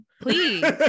please